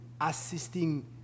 assisting